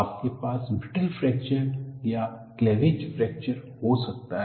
आपके पास brittle fracture या क्लैवेज फ्रैक्चर हो सकता है